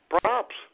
props